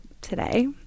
Today